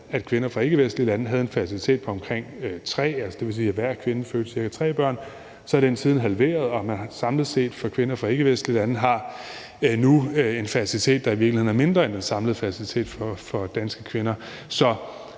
at kvinder fra ikkevestlige lande havde en fertilitet på omkring tre, dvs. at hver kvinde fødte cirka tre børn, er den siden halveret. Samlet set har kvinder fra ikkevestlige lande nu en fertilitet, der i virkeligheden er mindre end den samlede fertilitet for danske kvinder.